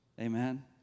Amen